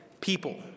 people